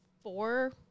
four